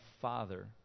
father